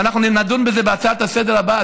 ואנחנו נדון בזה בהצעה לסדר-היום הבאה,